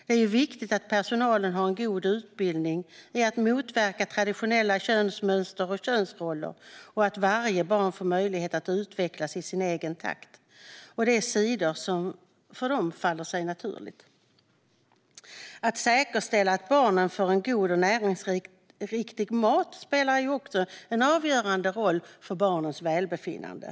Det är viktigt att personalen har en god utbildning i att motverka traditionella könsmönster och könsroller och att varje barn får möjlighet att utvecklas i sin egen takt och på de sidor som för dem faller sig naturligt. Att säkerställa att barnen får en god och näringsriktig mat spelar också en avgörande roll för barnens välbefinnande.